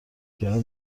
کردن